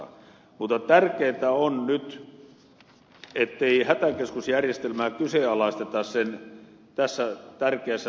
mutta tärkeintä on nyt ettei hätäkeskusjärjestelmää kyseenalaisteta sen tässä tärkeässä toteutusvaiheessa